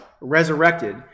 resurrected